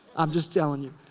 i'm just tellin' ya.